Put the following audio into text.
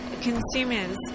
consumers